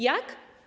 Jak?